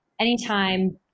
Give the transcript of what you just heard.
anytime